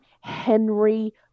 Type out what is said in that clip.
Henry